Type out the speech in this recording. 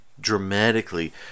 dramatically